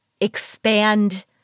expand